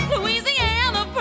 Louisiana